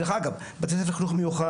דרך אגב, בתי ספר לחינוך מיוחד,